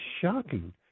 shocking